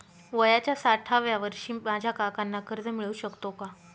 वयाच्या साठाव्या वर्षी माझ्या काकांना कर्ज मिळू शकतो का?